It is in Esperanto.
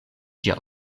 ĝia